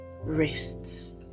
wrists